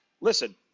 Listen